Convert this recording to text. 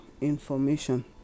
information